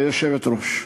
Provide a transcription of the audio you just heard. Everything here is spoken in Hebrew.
היושבת-ראש,